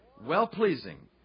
well-pleasing